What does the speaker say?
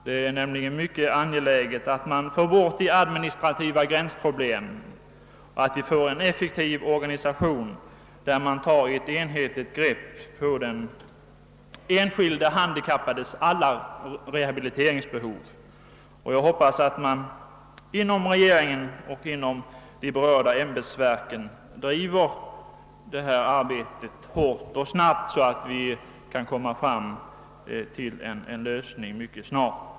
Det är nämligen mycket angeläget att man får bort de administrativa gränsproblemen, att vi får en effektiv organisation där man tar ett enhetligt grepp på den enskilde handikappades alla rehabiliteringsbehov. Jag hoppas att man inom regeringen och inom de berörda ämbetsverken driver detta arbete hårt och snabbt så att vi mycket snart kan komma fram till en lösning.